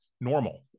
normal